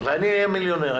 ואני אהיה מיליונר.